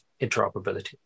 interoperability